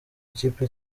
ikipe